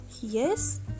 yes